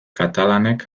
katalanek